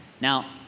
Now